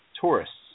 tourists